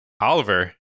Oliver